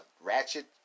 Ratchet